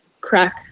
crack